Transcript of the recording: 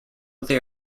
they